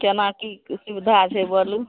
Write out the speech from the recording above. केना की सुविधा छै बोलू